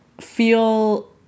feel